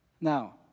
Now